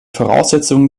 voraussetzungen